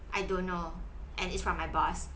I don't know and it's from my boss